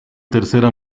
tercera